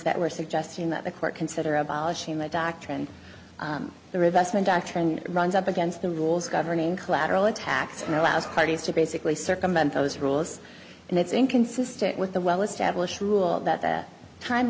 that we're suggesting that the court consider abolishing the doctrine the revised my doctrine runs up against the rules governing collateral attacks and allows parties to basically circumvent those rules and that's inconsistent with the well established rule that that time